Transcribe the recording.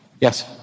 Yes